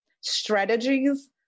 strategies